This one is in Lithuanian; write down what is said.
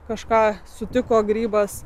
kažką sutiko grybas